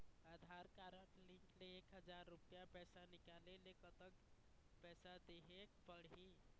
आधार card link ले एक हजार रुपया पैसा निकाले ले कतक पैसा देहेक पड़ही?